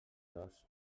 dos